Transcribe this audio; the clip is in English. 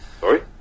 Sorry